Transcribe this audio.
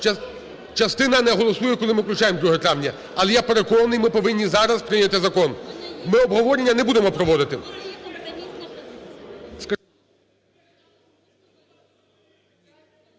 Частина не голосує, коли ми включаємо 2 травня. Але я переконаний, ми повинні зараз прийняти закон. Ми обговорення не будемо проводити.